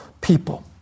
people